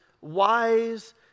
wise